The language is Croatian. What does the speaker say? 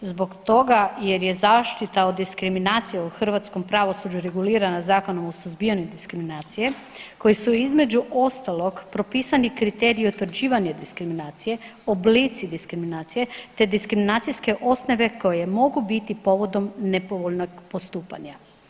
Zbog toga jer je zaštita od diskriminacije u hrvatskom pravosuđu regulirana Zakonom o suzbijanju diskriminacije kojim su između ostalog propisani kriteriji utvrđivanja diskriminacije, oblici diskriminacije te diskriminacijske osnove koje mogu biti povodom nepovoljnog postupanja.